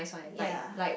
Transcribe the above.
ya